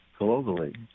globally